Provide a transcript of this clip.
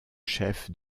chef